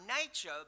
nature